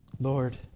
Lord